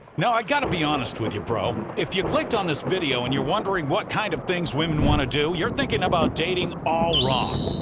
now i gotta be honest with you bro, if you clicked on this video and you're wondering what kind of things women want you to do, you're thinking about dating all wrong.